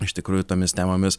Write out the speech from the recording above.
iš tikrųjų tomis temomis